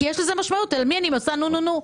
יש לזה משמעויות לגבי למי אני עושה "נו-נו-נו".